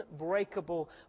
unbreakable